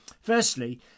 Firstly